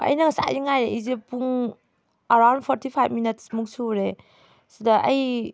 ꯍꯣꯏ ꯑꯩꯅ ꯉꯁꯥꯏꯗꯒꯤ ꯉꯥꯏꯔꯛꯏꯁꯦ ꯄꯨꯡ ꯑꯔꯥꯎꯟ ꯐꯣꯔꯇꯤ ꯐꯥꯏꯕ ꯃꯤꯅꯠꯁꯃꯨꯛ ꯁꯨꯔꯦ ꯁꯤꯗ ꯑꯩ